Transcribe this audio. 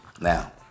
Now